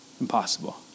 impossible